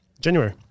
January